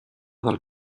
del